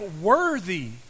worthy